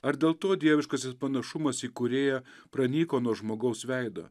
ar dėl to dieviškasis panašumas į kūrėją pranyko nuo žmogaus veido